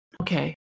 Okay